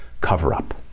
cover-up